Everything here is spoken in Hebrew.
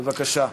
בבקשה.